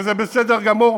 וזה בסדר גמור,